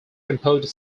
composed